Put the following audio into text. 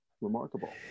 remarkable